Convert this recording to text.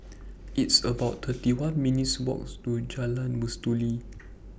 It's about thirty one minutes' Walk to Jalan Mastuli